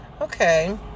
Okay